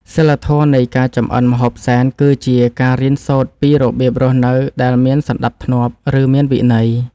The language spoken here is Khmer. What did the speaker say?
សីលធម៌នៃការចម្អិនម្ហូបសែន គឺជាការរៀនសូត្រពីរបៀបរស់នៅដែលមានសណ្តាប់ធ្នាប់ ឬមានវិន័យ។